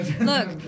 Look